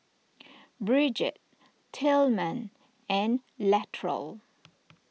Brigitte Tilman and Latrell